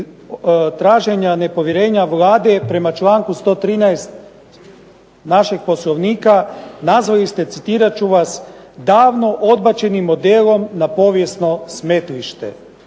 traženja nepovjerenja Vlade prema članku 113. našeg Poslovnika nazvali ste citirat ću vas "davno odbačenim modelom na povijesno smetlište".